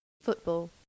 Football